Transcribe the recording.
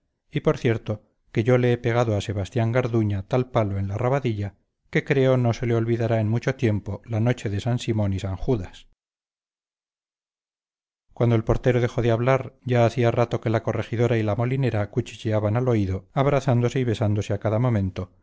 y por cierto que yo le he pegado a sebastián garduña tal palo en la rabadilla que creo que no se le olvidará en mucho tiempo la noche de san simón y san judas cuando el portero dejó de hablar ya hacía rato que la corregidora y la molinera cuchicheaban al oído abrazándose y besándose a cada momento